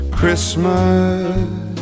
Christmas